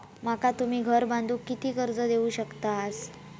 माका तुम्ही घर बांधूक किती कर्ज देवू शकतास?